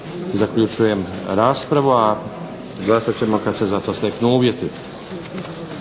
zaključujem raspravu. Glasat ćemo kad se za to steknu uvjeti.